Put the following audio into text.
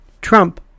Trump